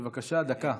בבקשה, דקה.